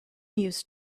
used